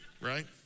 right